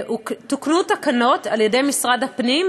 תוקנו תקנות על-ידי משרד הפנים,